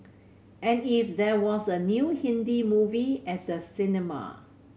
and if there was a new Hindi movie at the cinema